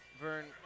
Vern